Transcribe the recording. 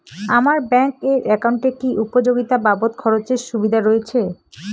আমার ব্যাংক এর একাউন্টে কি উপযোগিতা বাবদ খরচের সুবিধা রয়েছে?